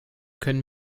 können